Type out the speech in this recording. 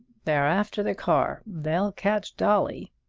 they're after the car! they'll catch dolly!